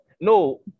No